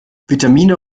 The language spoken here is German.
vitamine